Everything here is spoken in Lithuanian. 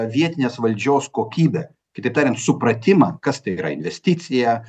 vietinės valdžios kokybę kitaip tariant supratimą kas tai yra investicija